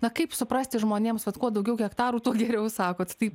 na kaip suprasti žmonėms vat kuo daugiau hektarų tuo geriau sakot tai